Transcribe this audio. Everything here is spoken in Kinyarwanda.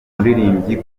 koffi